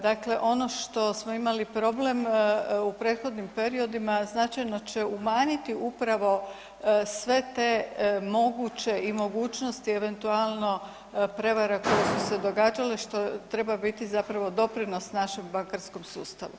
Dakle, ono što smo imali problem u prethodnim periodima značajno će umanjiti upravo sve te moguće i mogućnosti eventualno prevara koje su se događale, što treba biti zapravo doprinos našem bankarskom sustavu.